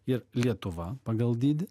ir lietuva pagal dydį